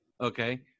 Okay